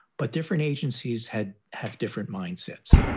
but different agencies had have different mindsets.